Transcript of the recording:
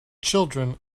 children